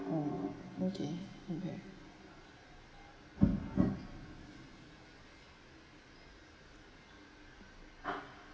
mm okay mmhmm